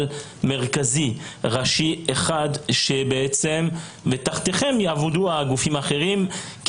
מרכזי אחד ותחתכם יעבדו הגופים האחרים.